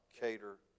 cater